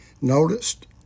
noticed